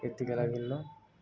ଏତିକି ହେଲା ଭିନ୍ନ